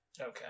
Okay